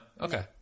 Okay